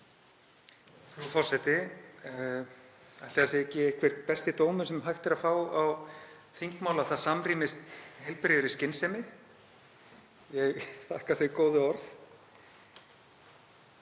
Frú forseti. Ætli það sé ekki einhver besti dómur sem hægt er að fá á þingmál að það samrýmist heilbrigðri skynsemi? Ég þakka þau góðu orð.